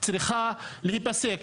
צריכה להיפסק.